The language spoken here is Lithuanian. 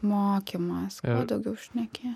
mokymas kuo daugiau šnekėt